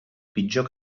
pitjor